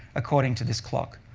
according to this clock.